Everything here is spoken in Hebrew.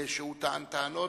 שהוא טען טענות.